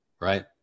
Right